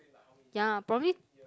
ya probably